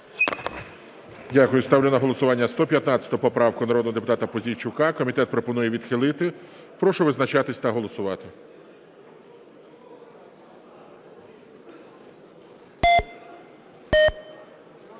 колеги, ставлю на голосування 220 поправку народного депутата Пузійчука. Комітет пропонує відхилити. Прошу визначатись та голосувати.